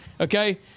Okay